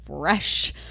fresh